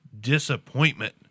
Disappointment